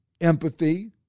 empathy